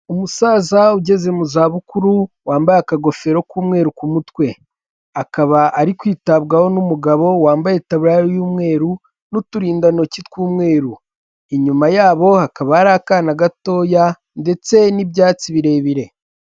umusaza ugeze mu za bukuru wambaye aka gofero k'umweru kU Umutwe akaba ari kwitabwaho n'umugabo wambaye taburiya y'umweru n'uturinda ntoki tw'umweru inyuma yabo hakaba hari akana gatoya ndetse n'ibyatsi birebire.